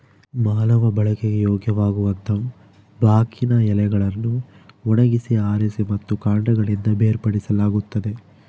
ಮಾನವ ಬಳಕೆಗೆ ಯೋಗ್ಯವಾಗಲುತಂಬಾಕಿನ ಎಲೆಗಳನ್ನು ಒಣಗಿಸಿ ಆರಿಸಿ ಮತ್ತು ಕಾಂಡಗಳಿಂದ ಬೇರ್ಪಡಿಸಲಾಗುತ್ತದೆ